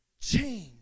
Change